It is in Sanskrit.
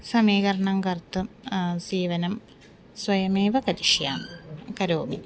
समीकरणं कर्तुं सीवनं स्वयमेव करिष्यामि करोमि